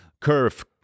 Curve